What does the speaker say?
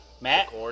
Matt